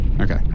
Okay